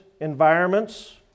environments